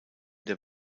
der